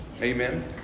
Amen